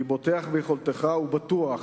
אני בוטח ביכולתך, ובטוח